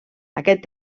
aquest